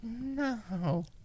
no